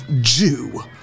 Jew